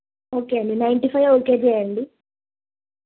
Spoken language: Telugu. ఓకే అండి నైన్టీ ఫైవ్ ఓకే చేయండి